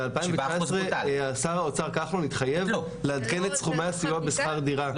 ב-2019 שר האוצר כחלון התחייב לעדכן את סכומי הסיוע בשכר דירה,